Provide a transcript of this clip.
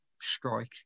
strike